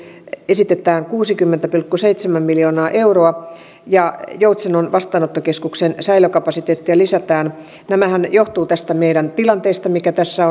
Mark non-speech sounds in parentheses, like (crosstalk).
esitetään kuuttakymmentä pilkku seitsemää miljoonaa euroa ja joutsenon vastaanottokeskuksen säilökapasiteettia lisätään nämähän johtuvat tästä meidän tilanteestamme mikä tässä (unintelligible)